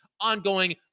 ongoing